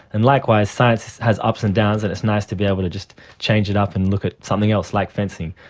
and likewise science has ups and downs and it is nice to be able to just change it up and look at something else like fencing.